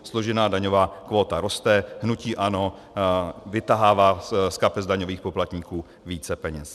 Složená daňová kvóta roste, hnutí ANO tahá z kapes daňových poplatníků více peněz.